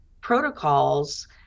protocols